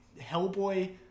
Hellboy